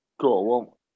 cool